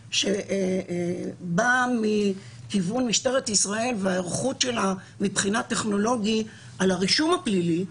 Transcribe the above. שבא מכיוון משטרת ישראל וההיערכות שלה מבחינה טכנולוגית לרישום הפלילי,